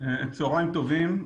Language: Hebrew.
צהריים טובים,